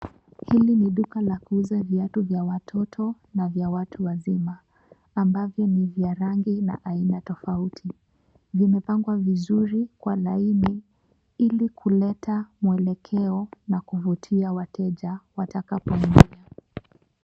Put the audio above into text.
Hili ni duka la kuuza viatu vya watoto na vya watu wazima ambavyo ni vya rangi na aina tofauti. Vimepangwa vizuri kwa laini ili kuleta mwelekeo na kuvutia wateja watakaponunua.